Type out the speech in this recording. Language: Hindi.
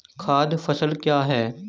खाद्य फसल क्या है?